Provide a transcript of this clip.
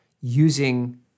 using